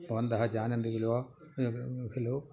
भवन्तः जानन्ति खलु खलु